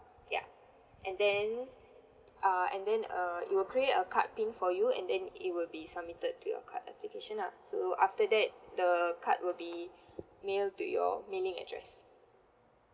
ya and then uh and then err it will create a card pin for you and then it will be submitted to your card application lah so after that the card will be mailed to your mailing address